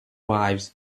wives